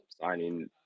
signing